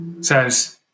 says